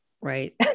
Right